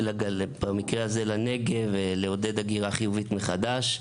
במקרה הזה לנגב ולעודד הגירה חיובית מחדש.